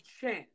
chance